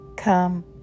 Come